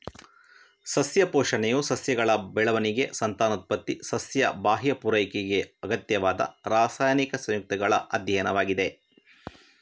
ಸಸ್ಯ ಪೋಷಣೆಯು ಸಸ್ಯಗಳ ಬೆಳವಣಿಗೆ, ಸಂತಾನೋತ್ಪತ್ತಿ, ಸಸ್ಯ ಬಾಹ್ಯ ಪೂರೈಕೆಗೆ ಅಗತ್ಯವಾದ ರಾಸಾಯನಿಕ ಸಂಯುಕ್ತಗಳ ಅಧ್ಯಯನವಾಗಿದೆ